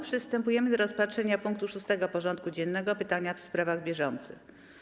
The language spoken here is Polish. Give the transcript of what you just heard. Przystępujemy do rozpatrzenia punktu 6. porządku dziennego: Pytania w sprawach bieżących.